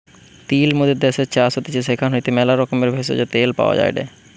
তিল মোদের দ্যাশের চাষ হতিছে সেখান হইতে ম্যালা রকমের ভেষজ, তেল পাওয়া যায়টে